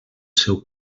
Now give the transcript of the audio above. seu